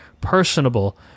personable